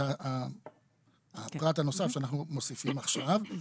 זה הפרט הנוסף שאנחנו מוסיפים עכשיו.